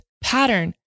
pattern